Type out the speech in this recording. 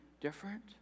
different